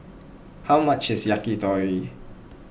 how much is Yakitori